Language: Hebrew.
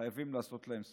חייבים לעשות להם סוף.